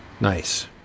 Nice